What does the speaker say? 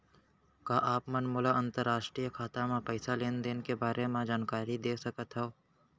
का आप मन मोला अंतरराष्ट्रीय खाता म पइसा लेन देन के बारे म जानकारी दे सकथव?